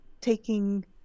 taking